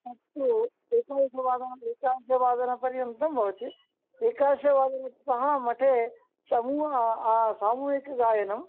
अस्तु एकाशवादने एकादवादनपर्यन्तं भवति एकाशवादनतः मठे समू सामूहिकगायनम्